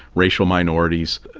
racial minorities.